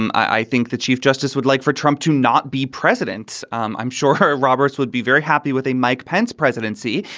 i think the chief justice would like for trump to not be president. i'm i'm sure her roberts would be very happy with a mike pence presidency.